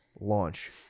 launch